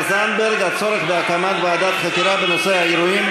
זנדברג: הצורך בהקמת ועדת חקירה בנושא האירועים,